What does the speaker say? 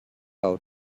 out